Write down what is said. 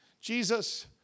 Jesus